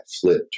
flipped